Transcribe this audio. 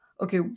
okay